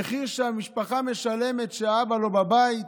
המחיר שהמשפחה משלמת, שהאבא לא בבית,